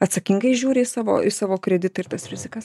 atsakingai žiūri į savo į savo kreditą ir tas rizikas tikrai